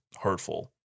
hurtful